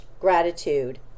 gratitude